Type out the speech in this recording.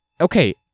okay